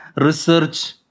research